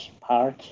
park